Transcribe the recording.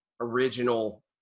original